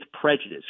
prejudice